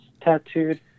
tattooed